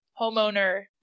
homeowner